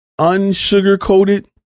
unsugar-coated